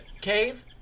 cave